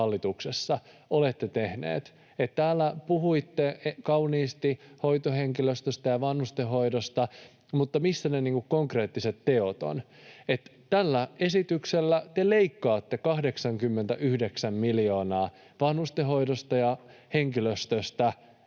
hallituksessa olette tehneet. Täällä puhuitte kauniisti hoitohenkilöstöstä ja vanhustenhoidosta, mutta missä ne konkreettiset teot ovat? Tällä esityksellä te leikkaatte 89 miljoonaa vanhustenhoidosta ja henkilöstöstä